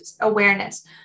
awareness